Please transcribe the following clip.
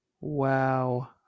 wow